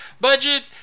Budget